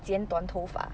剪短头发